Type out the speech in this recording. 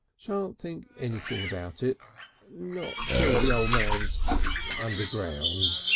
shan't think anything about it not till the o' man's underground,